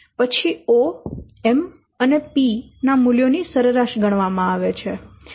પછી O M અને P ના મૂલ્યો ની સરેરાશ ગણવામાં આવે છે